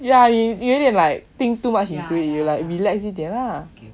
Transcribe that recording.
yeah 你有点 like think too much 你 relax 一点 lah